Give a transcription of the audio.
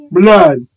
blood